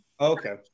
Okay